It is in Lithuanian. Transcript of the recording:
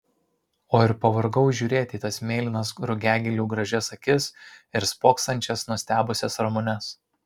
o ir pavargau žiūrėti į tas mėlynas rugiagėlių gražias akis ir spoksančias nustebusias ramunes